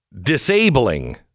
disabling